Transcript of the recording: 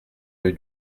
rue